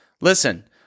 Listen